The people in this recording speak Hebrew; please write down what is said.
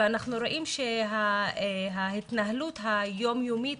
ואנחנו רואים שההתנהלות היום-יומית